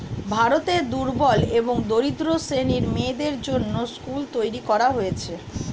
ভারতে দুর্বল এবং দরিদ্র শ্রেণীর মেয়েদের জন্যে স্কুল তৈরী করা হয়েছে